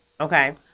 Okay